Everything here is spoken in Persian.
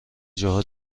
جاها